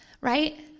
right